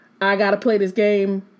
I-gotta-play-this-game